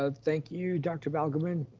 ah thank you, dr. balgobin.